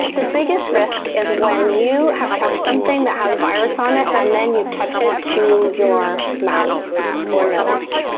the biggest risk is when you have touched something that has virus on it and then you touch it to your mouth or nose.